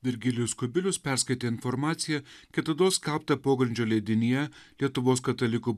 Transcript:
virgilijus kubilius perskaitė informaciją kitados kauptą pogrindžio leidinyje lietuvos katalikų